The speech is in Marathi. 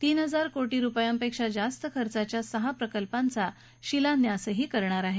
तीन हजार कोटी रुपयांपेक्षा जास्त खर्चाच्या सहा प्रकल्पांचा शिलान्यास करणार आहेत